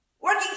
working